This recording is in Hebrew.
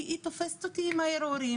כי היא תופסת אותי עם הערעורים.